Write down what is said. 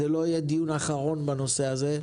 זה לא יהיה דיון אחרון בנושא הזה.